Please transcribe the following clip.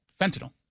fentanyl